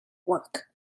work